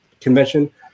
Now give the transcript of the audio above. convention